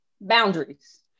boundaries